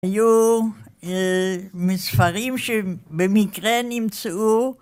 היו מספרים שבמקרה נמצאו